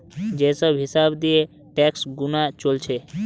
যে সব হিসাব দিয়ে ট্যাক্স গুনা চলছে